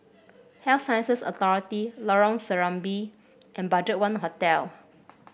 Health Sciences Authority Lorong Serambi and BudgetOne Hotel